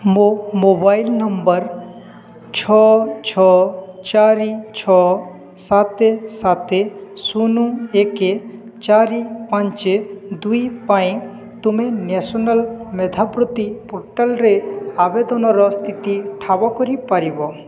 ମୋ ମୋବାଇଲ୍ ନମ୍ବର ଛଅ ଛଅ ଚାରି ଛଅ ସାତ ସାତ ଶୂନ ଏକ ଚାରି ପାଞ୍ଚ ଦୁଇ ପାଇଁ ତୁମେ ନ୍ୟାସନାଲ୍ ମେଧାବୃତ୍ତି ପୋର୍ଟାଲରେ ଆବେଦନର ସ୍ଥିତି ଠାବ କରି ପାରିବ